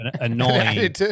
annoying